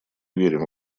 верим